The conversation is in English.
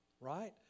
right